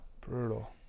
Brutal